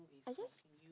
I just